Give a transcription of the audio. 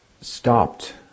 stopped